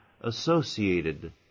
associated